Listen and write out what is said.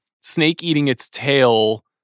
snake-eating-its-tail